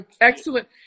excellent